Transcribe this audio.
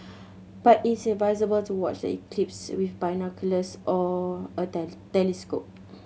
but it's advisable to watch the eclipse with binoculars or a telescope